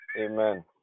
Amen